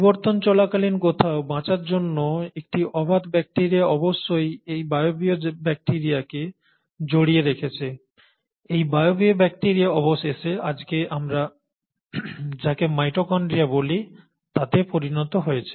বিবর্তন চলাকালীন কোথাও বাঁচার জন্য একটি অবাত ব্যাকটিরিয়া অবশ্যই এই বায়বীয় ব্যাকটিরিয়াকে জড়িয়ে রেখেছে এই বায়বীয় ব্যাকটিরিয়া অবশেষে আজকে আমরা যাকে মাইটোকন্ড্রিয়া বলি তাতে পরিণত হয়েছে